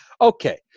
okay